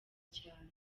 cyane